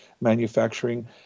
manufacturing